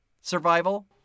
survival